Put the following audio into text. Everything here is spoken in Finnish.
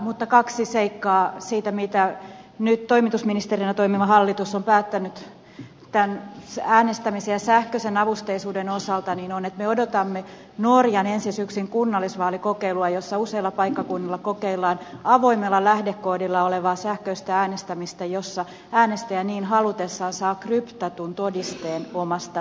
mutta kaksi seikkaa siitä mitä nyt toimitusministerinä toimiva hallitus on päättänyt tämän äänestämisen ja sähköisen avusteisuuden osalta on että me odotamme norjan ensi syksyn kunnallisvaalikokeilua jossa useilla paikkakunnilla kokeillaan avoimella lähdekoodilla olevaa sähköistä äänestämistä jossa äänestäjä niin halutessaan saa kryptatun todisteen omasta äänestämisestään